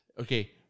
Okay